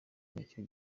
nicyo